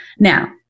Now